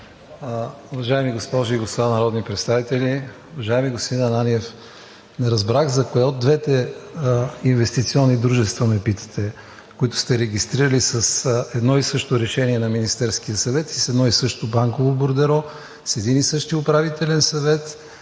уважаеми госпожи и господа народни представители! Уважаеми господин Ананиев, не разбрах за кое от двете инвестиционни дружества ме питате, които сте регистрирали с едно и също решение на Министерския съвет и с едно и също банково бордеро, с един и същи управителен съвет,